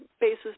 basis